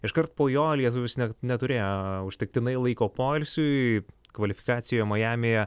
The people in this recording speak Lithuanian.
iškart po jo lietuvis ne neturėjo užtektinai laiko poilsiui kvalifikacijoje majamyje